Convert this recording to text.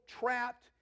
trapped